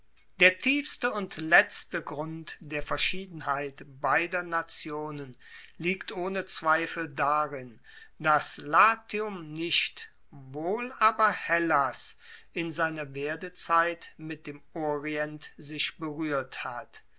der tiefste und letzte grund der verschiedenheit beider nationen liegt ohne zweifel darin dass latium nicht wohl aber hellas in seiner werdezeit mit dem orient sich beruehrt hat